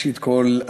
ראשית כול,